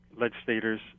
legislators